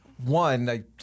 One